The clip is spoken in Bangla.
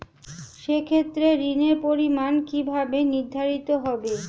সে ক্ষেত্রে ঋণের পরিমাণ কিভাবে নির্ধারিত হবে?